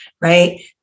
right